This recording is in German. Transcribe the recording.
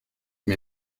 mir